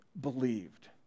believed